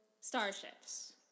starships